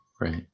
Right